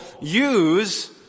use